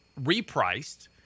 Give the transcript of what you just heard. repriced